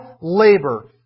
labor